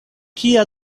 kia